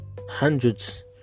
hundreds